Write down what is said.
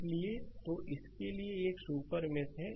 slide समय देखें 1624 तो तो इसके लिए एक सुपर मेष है